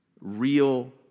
Real